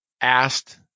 asked